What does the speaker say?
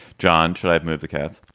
john, should i move the cats?